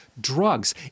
drugs